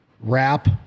wrap